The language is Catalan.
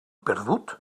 perdut